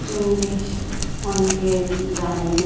English অনেকে জানে